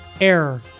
error